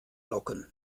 locken